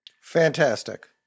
Fantastic